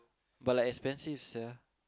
but like expensive sia